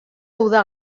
uda